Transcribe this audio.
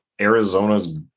Arizona's